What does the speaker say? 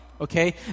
okay